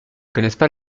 connaissent